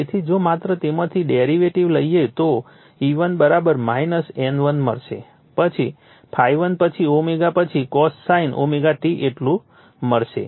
તેથી જો માત્ર તેમાંથી ડેરીવેટીવ લઈએ તો E1 N1 મળશે પછી ∅ m પછી ω પછી cosine ωt એટલું મળશે